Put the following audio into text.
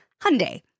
Hyundai